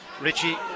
Richie